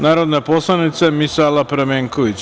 Narodna poslanica Misala Pramenković.